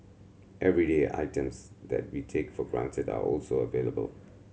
everyday items that we take for granted are also available